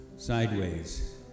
sideways